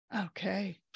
Okay